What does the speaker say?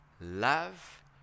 Love